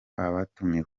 abatumiwe